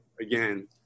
again